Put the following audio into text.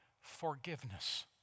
forgiveness